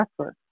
effort